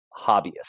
hobbyists